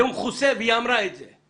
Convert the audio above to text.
זה מכוסה והיא אמרה את זה.